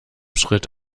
schritt